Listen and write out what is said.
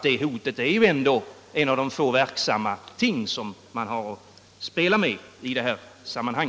Åtalshotet är ändå en av de få verksamma ting som man har att spela med i detta sammanhang.